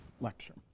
lecture